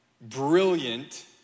brilliant